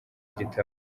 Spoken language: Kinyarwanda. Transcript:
gitabo